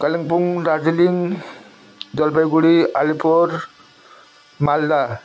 Kalimpong Darjeeling Jalpaiguri Alipur Malda